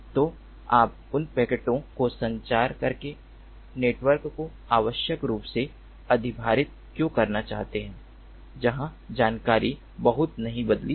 तो आप उन पैकेटों को संचार करके नेटवर्क को अनावश्यक रूप से अधिभारित क्यों करना चाहते हैं जहां जानकारी बहुत नहीं बदली है